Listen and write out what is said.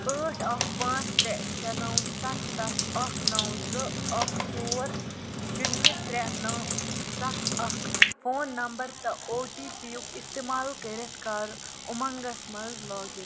ٲٹھ اَکھ پانٛژ ترٛےٚ شےٚ نو ستھ ستھ اکھ نو زٕ اکھ ژور شُنیہِ ترٛےٚ نَو ستھ اکھ فون نمبر تہٕ او ٹی پی یُک اِستعمال کٔرِتھ کَر اُمنٛگس مَنٛز لاگ اِن